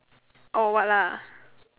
orh what lah